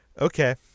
Okay